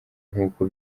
nk’uko